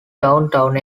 downtown